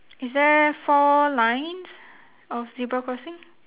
is there four lines of zebra crossing